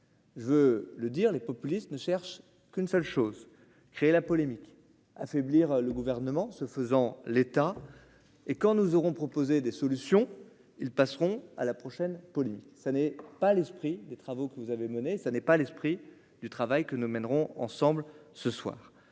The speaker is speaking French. Je veux le dire les populistes ne cherche qu'une seule chose créé la polémique affaiblir le gouvernement se faisant, l'État et quand nous aurons proposer des solutions, ils passeront à la prochaine, ça n'est pas l'esprit des travaux que vous avez menée, ça n'est pas l'esprit du travail que nous mènerons ensemble ce soir,